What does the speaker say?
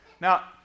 now